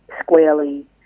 squarely